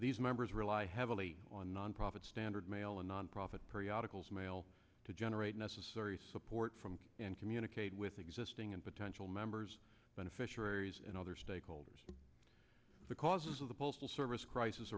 these members rely heavily on nonprofit standard mail and nonprofit periodicals mail to generate necessary support from and communicate with existing and potential members beneficiaries and other stakeholders the causes of the postal service crisis